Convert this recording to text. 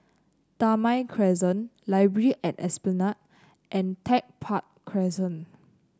Damai Crescent Library at Esplanade and Tech Park Crescent